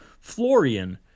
Florian